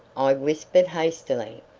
i whispered hastily.